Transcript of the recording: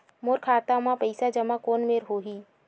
मोर खाता मा पईसा जमा कोन मेर होही?